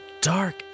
dark